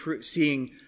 seeing